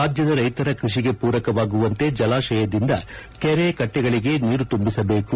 ರಾಜ್ಯದ ರೈತರ ಕೃಷಿಗೆ ಪೂರಕವಾಗುವಂತೆ ಜಲಾಶಯದಿಂದ ಕೆರೆ ಕಟ್ಟೆಗಳಿಗೆ ನೀರು ತುಂಬಿಸಬೇಕು